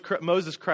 Moses